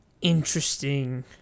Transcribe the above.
interesting